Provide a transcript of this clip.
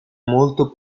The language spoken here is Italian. molto